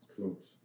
Close